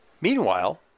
Meanwhile